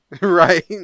Right